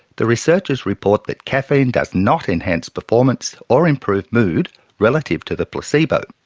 the researchers report that caffeine does not enhance performance or improve mood relative to the placebo.